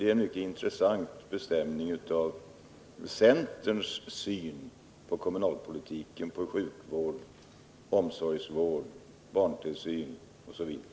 Det är en mycket intressant beskrivning av centerns syn på kommunalpolitiken — på sjukvård, omsorgsvård, barntillsyn osv.